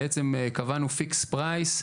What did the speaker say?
בעצם קבענו מחיר קבוע מראש.